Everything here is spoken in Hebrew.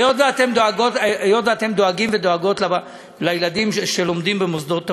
היות שאתם דואגים ודואגות לילדים שלומדים במוסדות הפטור,